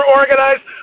organized